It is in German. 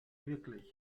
wirklich